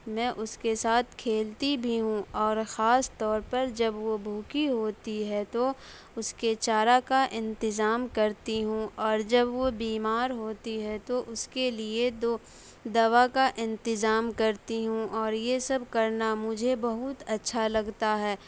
میں اس کے ساتھ کھیلتی بھی ہوں اور خاص طور پر جب وہ بھوکی ہوتی ہے تو اس کے چارہ کا انتظام کرتی ہوں اور جب وہ بیمار ہوتی ہے تو اس کے لیے دو دوا کا انتظام کرتی ہوں اور یہ سب کرنا مجھے بہت اچھا لگتا ہے